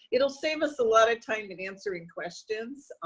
it'll save us a lot of time in answering questions